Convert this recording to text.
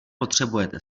potřebujete